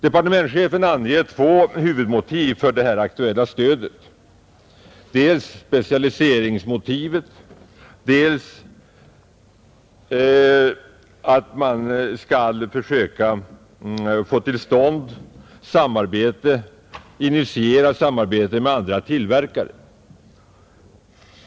Departementschefen anger två huvudmotiv för det aktuella stödet, dels specialiseringsmotivet, dels att man skall försöka initiera samarbete med andra tillverkare.